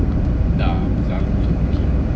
dah aku selalu jer pergi